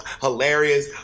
hilarious